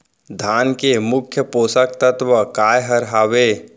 धान के मुख्य पोसक तत्व काय हर हावे?